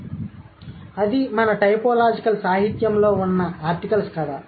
కాబట్టి అది మన టైపోలాజికల్ సాహిత్యంలో ఉన్న ఆర్టికల్స్ కథ